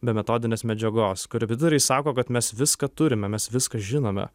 be metodinės medžiagos korepetitoriai sako kad mes viską turime mes viską žinome